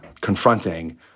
confronting